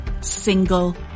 single